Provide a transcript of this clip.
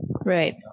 Right